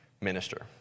minister